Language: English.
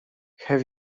have